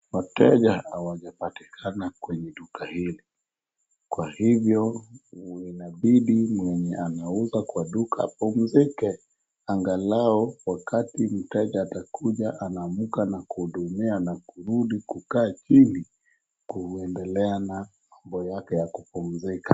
Wateja hawajapatikana kwenye duka hili, kwa hivyo inabidi mwenye anauza kwa duka apumzike angalau wakati mteja atakuja anamka na kuhudumia na kurudi kukaa chini kuendelea na mambo yake ya kupumzika.